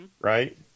Right